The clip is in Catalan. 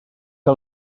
que